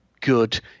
good